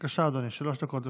בבקשה, אדוני, שלוש דקות לרשותך.